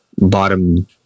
bottom